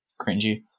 cringy